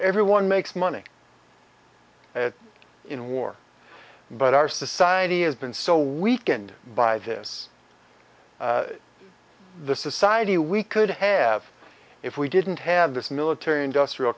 everyone makes money in war but our society has been so weakened by this society we could have if we didn't have this military industrial